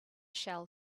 shell